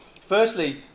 Firstly